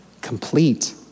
Complete